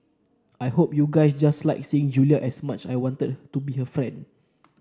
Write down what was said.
I hope you guys just liked seeing Julia as much I wanted to be her friend